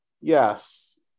yes